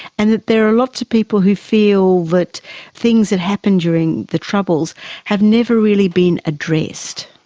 and that there are lots of people who feel that things that happened during the troubles have never really been addressed.